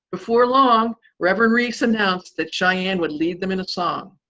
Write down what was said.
before long, reverend reece announced that sheyann would lead them in a song.